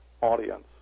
audience